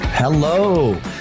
Hello